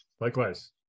Likewise